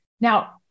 Now